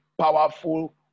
powerful